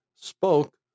spoke